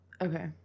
Okay